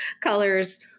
colors